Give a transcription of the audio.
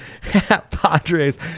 Padres